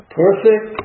perfect